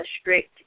strict